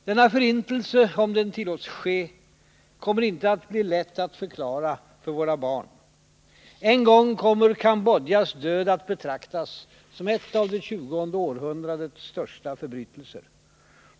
Denna förintelse, om den tillåts ske, kommer inte att bli lätt att förklara för våra barn. En gång kommer Cambodjas död att betraktas som en av det tjugonde århundradets största förbrytelser.